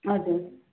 हजुर